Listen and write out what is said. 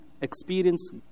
experience